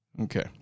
Okay